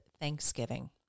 thanksgiving